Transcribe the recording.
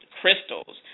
crystals